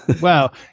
Wow